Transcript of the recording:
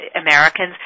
Americans